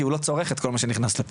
כי הוא לא צורך את כל מה שנכנס לפה.